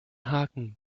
haken